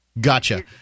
Gotcha